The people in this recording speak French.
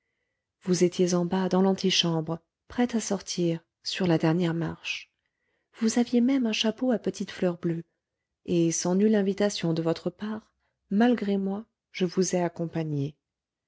vous étiez en bas dans l'antichambre prête à sortir sur la dernière marche vous aviez même un chapeau à petites fleurs bleues et sans nulle invitation de votre part malgré moi je vous ai accompagnée